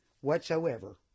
whatsoever